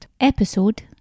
episode